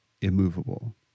immovable